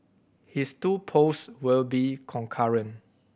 his two post will be concurrent